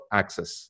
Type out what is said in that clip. access